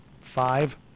Five